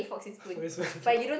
fork and spoon